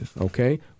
Okay